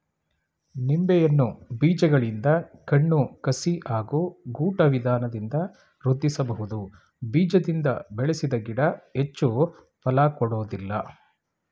ನಿಂಬೆಯನ್ನು ಬೀಜಗಳಿಂದ ಕಣ್ಣು ಕಸಿ ಹಾಗೂ ಗೂಟ ವಿಧಾನದಿಂದ ವೃದ್ಧಿಸಬಹುದು ಬೀಜದಿಂದ ಬೆಳೆಸಿದ ಗಿಡ ಹೆಚ್ಚು ಫಲ ಕೊಡೋದಿಲ್ಲ